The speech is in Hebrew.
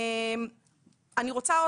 זה לא